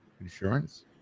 insurance